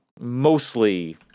mostly